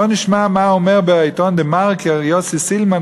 בואו נשמע מה אומר בעיתון "דה-מרקר" יוסי סילמן,